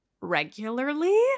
regularly